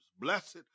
Blessed